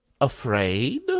afraid